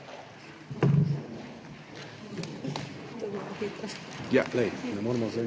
Hvala.